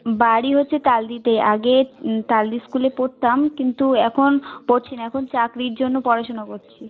বাড়ি হচ্ছে তালদিতে আগে তালদি স্কুলে পড়তাম কিন্তু এখন পড়ছি না এখন চাকরির জন্য পড়াশুনো করছি